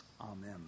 Amen